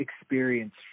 experience